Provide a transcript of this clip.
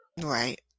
right